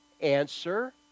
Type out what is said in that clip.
Answer